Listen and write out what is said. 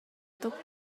tuk